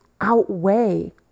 outweigh